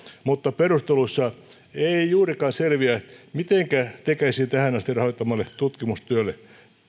mutta perusteluissa ei juurikaan selviä mitenkä tekesin tähän asti rahoittamalle tutkimustyölle